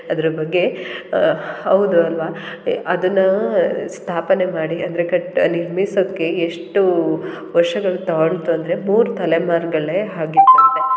ಅದ್ರ ಬಗ್ಗೆ ಹೌದು ಅಲ್ಲವಾ ಅದನ್ನು ಸ್ಥಾಪನೆ ಮಾಡಿ ಅಂದರೆ ಕಟ್ಟಿ ನಿರ್ಮಿಸೋಕ್ಕೆ ಎಷ್ಟು ವರ್ಷಗಳು ತಗೊತು ಅಂದರೆ ಮೂರು ತಲೆಮಾರುಗಳೇ ಆಗಿತ್ತಂತೆ